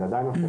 כלומר,